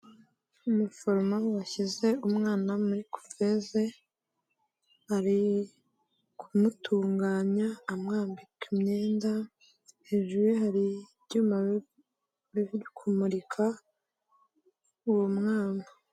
Umuforomo washyize umwana muri kuveze, ari kumutunganya amwambika imyenda, hejuru ye hari ibyuma biri kumurika uwo mwana.